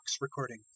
recording